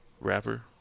rapper